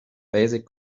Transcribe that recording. basic